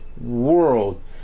world